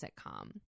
sitcom